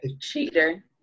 cheater